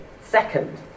Second